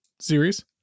series